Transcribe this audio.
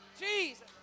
Jesus